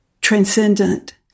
transcendent